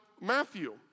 Matthew